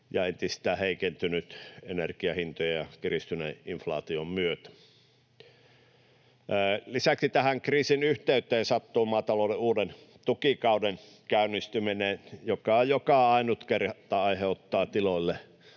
ja entisestään heikentynyt energiahintojen ja kiristyneen inflaation myötä. Lisäksi tähän kriisin yhteyteen sattuu maatalouden uuden tukikauden käynnistyminen, mikä joka ainut kerta aiheuttaa tiloille